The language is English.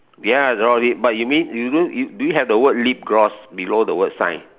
ya but you mean you don't do you have the word lip gloss below the word shine